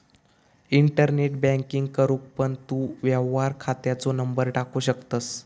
internet banking करूक पण तू व्यवहार खात्याचो नंबर टाकू शकतंस